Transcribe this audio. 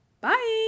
Bye